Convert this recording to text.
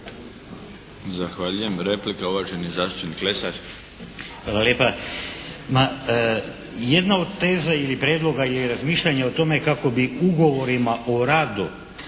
Zahvaljujem. Replika, uvaženi zastupnik Lesar.